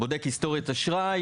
היסטוריית אשראי